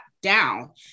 down